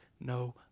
no